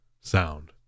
sound